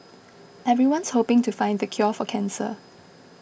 everyone's hoping to find the cure for cancer